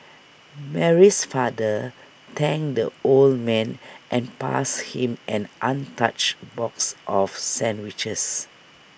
Mary's father thanked the old man and passed him an untouched box of sandwiches